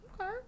Okay